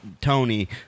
Tony